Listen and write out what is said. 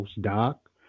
Doc